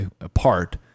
apart